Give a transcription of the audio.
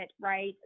right